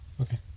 Okay